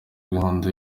y’inkondo